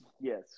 Yes